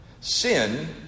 Sin